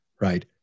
right